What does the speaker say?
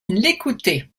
l’écouter